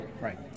Right